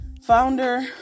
founder